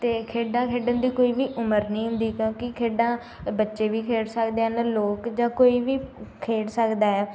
ਅਤੇ ਖੇਡਾਂ ਖੇਡਣ ਦੀ ਕੋਈ ਵੀ ਉਮਰ ਨਹੀਂ ਹੁੰਦੀ ਕਿਉਂਕਿ ਖੇਡਾਂ ਅ ਬੱਚੇ ਵੀ ਖੇਡ ਸਕਦੇ ਹਨ ਲੋਕ ਜਾਂ ਕੋਈ ਵੀ ਖੇਡ ਸਕਦਾ ਹੈ